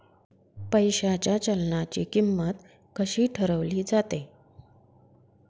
पैशाच्या चलनाची किंमत कशी ठरवली जाते